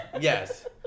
yes